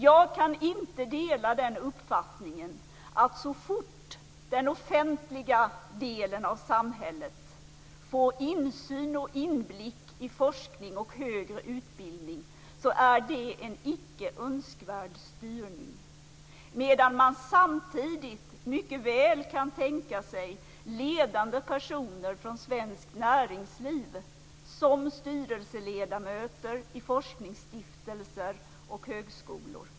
Jag kan inte dela den uppfattningen att så fort den offentliga delen av samhället får insyn och inblick i forskning och högre utbildning är det en icke önskvärd styrning, medan man samtidigt mycket väl kan tänka sig ledande personer från svenskt näringsliv som styrelseledamöter i forskningsstiftelser och högskolor.